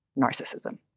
narcissism